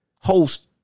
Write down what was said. host